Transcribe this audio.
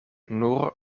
nur